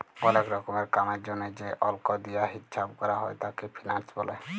ওলেক রকমের কামের জনহে যে অল্ক দিয়া হিচ্চাব ক্যরা হ্যয় তাকে ফিন্যান্স ব্যলে